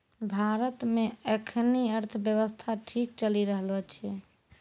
भारत मे एखनी अर्थव्यवस्था ठीक चली रहलो छै